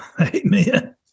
Amen